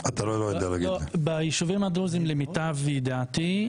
ביישובים הדרוזים למיטב ידיעתי,